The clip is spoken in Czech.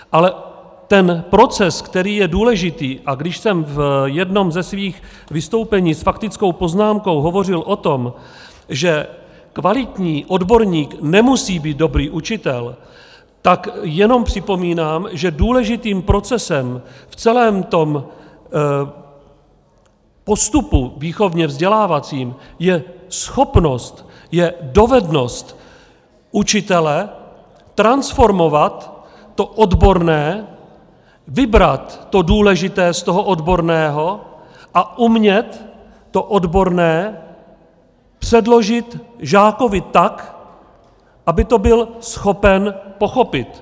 Ale ten proces, který je důležitý a když jsem v jednom ze svých vystoupení s faktickou poznámkou hovořil o tom, že kvalitní odborník nemusí být dobrý učitel, tak jenom připomínám, že důležitým procesem v celém výchovně vzdělávacím postupu je schopnost, je dovednost učitele transformovat to odborné, vybrat to důležité z toho odborného a umět to odborné předložit žákovi tak, aby to byl schopen pochopit.